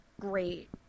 great